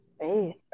Hey